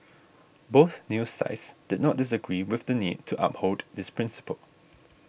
both news sites did not disagree with the need to uphold this principle